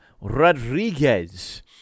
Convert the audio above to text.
Rodriguez